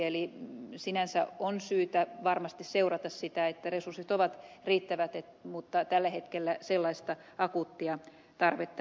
eli sinänsä on syytä varmasti seurata sitä että resurssit ovat riittävät mutta tällä hetkellä sellaista akuuttia tarvetta ei ole